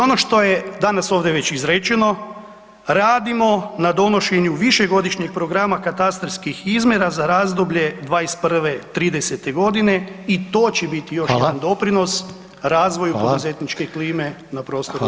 I ono što je danas ovdje već izrečeno, radimo na donošenju višegodišnjeg programa katastarskih izmjera za razdoblje 2021.-2030.g. i to će biti još jedan doprinos razvoju poduzetničke klime na prostoru RH.